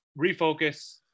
refocus